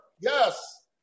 Yes